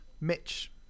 mitch